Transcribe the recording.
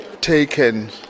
taken